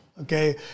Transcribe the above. Okay